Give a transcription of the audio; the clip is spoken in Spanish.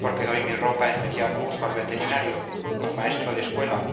porque doy mi ropa en mediano uso al veterinario al maestro de escuela